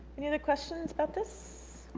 any other questions about this?